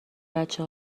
بچه